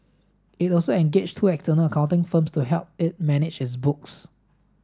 it also engaged two external accounting firms to help it manage its books